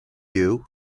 you